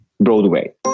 Broadway